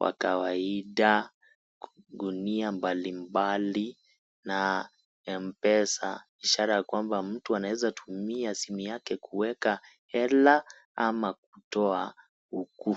,wa kawaida, gunia mbalimbali na M pesa ishara kwamba mtu anaeza tumia simu yake kuweka hela ama kutoa huku.